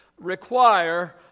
require